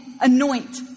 anoint